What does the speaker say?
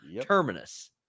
terminus